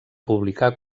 publicar